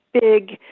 big